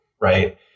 Right